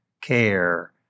care